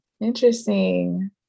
interesting